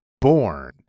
born